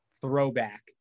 throwback